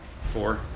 Four